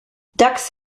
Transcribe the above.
ducks